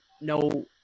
no